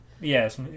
Yes